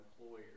employer